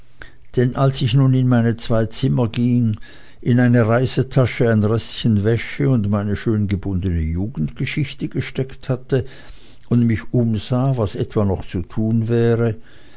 denn als ich nun in meine zwei zimmer ging in eine reisetasche ein restchen wäsche und meine schön gebundene jugendgeschichte gesteckt hatte und mich umsah was etwa noch zu tun wäre